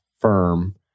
firm